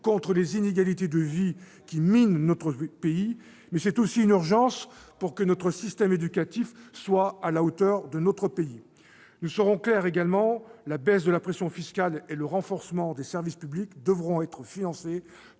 contre les inégalités de vie minant notre pays. C'est aussi une urgence pour que notre système éducatif soit à la hauteur. Nous serons clairs également sur ce fait : la baisse de la pression fiscale et le renforcement des services publics devront être financés,